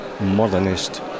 modernist